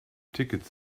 ticket